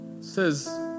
Says